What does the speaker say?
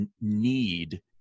need